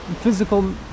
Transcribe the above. physical